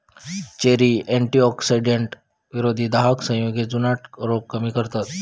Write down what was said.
cherry antioxidants, विरोधी दाहक संयुगे, जुनाट रोग कमी करतत